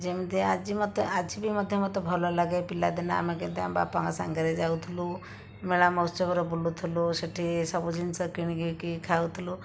ଯେମିତି ଆଜି ମୋତେ ଆଜିବି ମଧ୍ୟ ମୋତେ ଭଲ ଲାଗେ ପିଲାଦିନେ ଆମେ କେତେ ଆମ ବାପାଙ୍କ ସାଙ୍ଗରେ ଯାଉଥୁଲୁ ମେଳା ମହୋତ୍ସବରେ ବୁଲୁଥୁଲୁ ସେଠି ସବୁ ଜିନିଷ କିଣିକି ଖାଉଥୁଲୁ